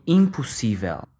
impossível